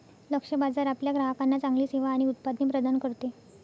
लक्ष्य बाजार आपल्या ग्राहकांना चांगली सेवा आणि उत्पादने प्रदान करते